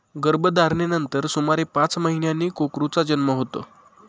गर्भधारणेनंतर सुमारे पाच महिन्यांनी कोकरूचा जन्म होतो